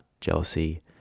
jealousy